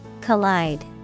Collide